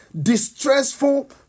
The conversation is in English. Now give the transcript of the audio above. Distressful